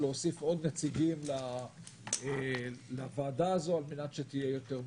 להוסיף עוד נציגים לוועדה הזו על מנת שתהיה יותר מאוזנת.